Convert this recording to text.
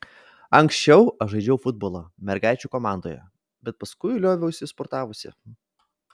anksčiau aš žaidžiau futbolą mergaičių komandoje bet paskui lioviausi sportavusi